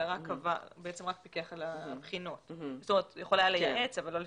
אלא רק פיקח על הבחינות; הוא יכול היה לייעץ אבל לא לפקח.